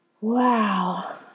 Wow